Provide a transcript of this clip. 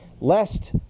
lest